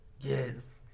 Yes